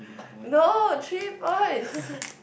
no three points